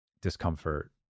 discomfort